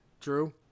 Drew